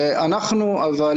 -- אני חושב שבזה אנחנו נותנים